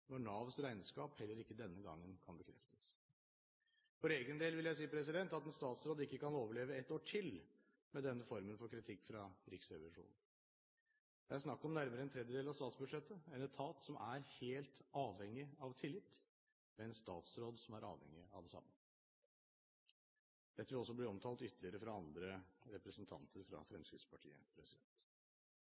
når Navs regnskap heller ikke denne gangen kan bekreftes. For egen del vil jeg si at en statsråd ikke kan overleve ett år til med denne formen for kritikk fra Riksrevisjonen. Det er snakk om nærmere en tredjedel av statsbudsjettet – en etat som er helt avhengig av tillit, med en statsråd som er avhengig av det samme. Dette vil også bli omtalt ytterligere fra andre representanter fra Fremskrittspartiet.